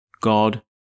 God